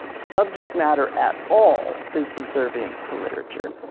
subject matter at all, is subservience to literature.